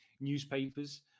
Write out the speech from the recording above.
newspapers